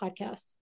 podcast